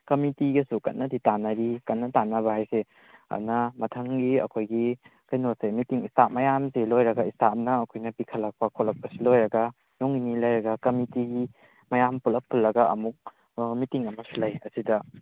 ꯀꯝꯃꯤꯠꯇꯤꯒꯁꯨ ꯀꯟꯅꯗꯤ ꯇꯥꯅꯔꯤ ꯀꯟꯅ ꯇꯥꯟꯅꯕ ꯍꯥꯏꯁꯦ ꯑꯗꯨꯅ ꯃꯊꯪꯒꯤ ꯑꯩꯈꯣꯏꯒꯤ ꯀꯩꯅꯣꯁꯦ ꯃꯤꯇꯤꯡ ꯏꯁꯇꯥꯐ ꯃꯌꯥꯝꯁꯦ ꯂꯣꯏꯔꯒ ꯏꯁꯇꯥꯐꯅ ꯑꯩꯈꯣꯏꯅ ꯄꯤꯈꯠꯂꯛꯄ ꯈꯣꯠꯂꯛꯄꯁꯤ ꯂꯣꯏꯔꯒ ꯅꯣꯡꯅꯤꯅꯤ ꯂꯩꯔꯒ ꯀꯝꯃꯤꯠꯇꯤꯒꯤ ꯃꯌꯥꯝ ꯄꯨꯂꯞ ꯄꯨꯜꯂꯒ ꯑꯃꯨꯛ ꯃꯤꯇꯤꯡ ꯑꯃꯁꯨ ꯂꯩ ꯑꯁꯤꯗ